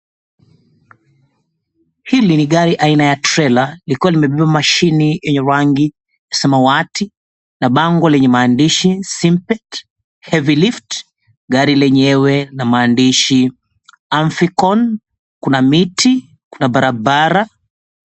Hili ni gari aina ya trailer likiwa limebeba mashini lenye rangi samawati na bango lenye maandishi, SIMPET HEAVY LIFT . Gari lenyewe lina maandishi, AMFICON . Kuna miti, kuna barabara.